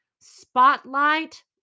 Spotlight